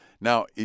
now